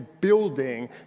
building